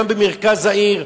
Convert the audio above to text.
גם במרכז העיר,